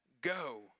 go